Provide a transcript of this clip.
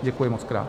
Děkuji mockrát.